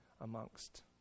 amongst